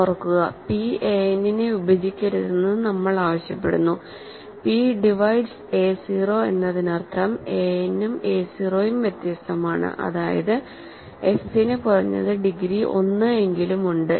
ഓർക്കുക p a n നെ വിഭജിക്കരുതെന്ന് നമ്മൾ ആവശ്യപ്പെടുന്നു p ഡിവൈഡ്സ് എ 0 എന്നതിനർത്ഥം an ഉം a 0 ഉം വ്യത്യസ്തമാണ് അതായത് f ന് കുറഞ്ഞത് ഡിഗ്രി 1 എങ്കിലും ഉണ്ട്